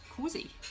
cozy